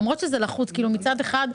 למרות שזה לחוץ: כאילו מצד אחד,